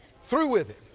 through with it.